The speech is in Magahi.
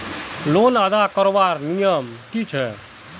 लोन अदा करवार नियम की छे?